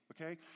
Okay